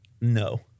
no